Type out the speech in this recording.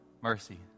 mercy